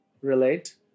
relate